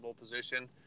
position